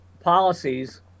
policies